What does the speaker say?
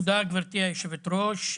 תודה גברתי יושבת הראש.